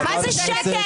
מה זה שקט?